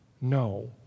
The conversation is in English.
no